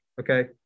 okay